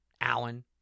Allen